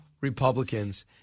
Republicans